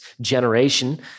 generation